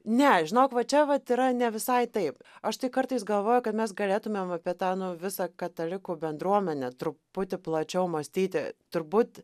ne žinok va čia vat yra ne visai taip aš tai kartais galvoju kad mes galėtumėm apie tą nu visą katalikų bendruomenę truputį plačiau mąstyti turbūt